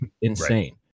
insane